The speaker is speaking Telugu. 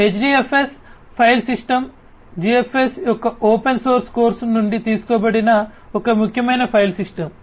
కాబట్టి HDFS ఫైల్ సిస్టమ్ GFS యొక్క ఓపెన్ సోర్స్ కోర్సు నుండి తీసుకోబడిన ఒక ముఖ్యమైన ఫైల్ సిస్టమ్